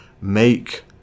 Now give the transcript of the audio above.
make